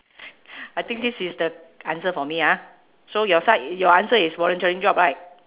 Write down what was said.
I think this is the answer for me ah so your side your answer is volunteering job right